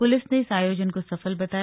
police ने इस आयोजन को सफल बताया